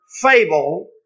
fable